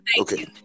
okay